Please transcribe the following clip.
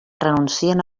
renuncien